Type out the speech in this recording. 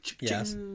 Yes